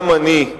גם אני,